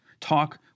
Talk